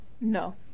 No